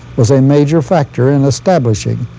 was a major factor in establishing